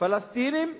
פלסטינים ויהודים,